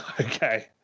Okay